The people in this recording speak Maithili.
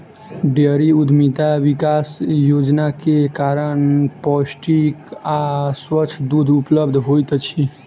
डेयरी उद्यमिता विकास योजना के कारण पौष्टिक आ स्वच्छ दूध उपलब्ध होइत अछि